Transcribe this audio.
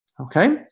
okay